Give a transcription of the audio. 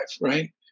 right